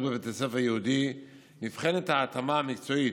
בבית ספר יהודי ונבחנת ההתאמה המקצועית.